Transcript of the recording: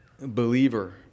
believer